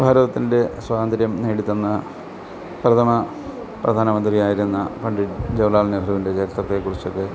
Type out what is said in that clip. ഭാരതത്തിന്റെ സ്വാതന്ത്രം നേടിത്തന്ന പ്രഥമ പ്രധാനമന്ത്രിയായിരുന്ന പണ്ടിറ്റ് ജവഹർലാൽ നെഹറുവിന്റെ ചരിത്രത്തെക്കുറിച്ചൊക്കെ